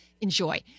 enjoy